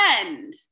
friend